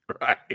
Right